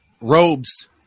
robes